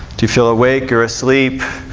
do you feel awake or asleep?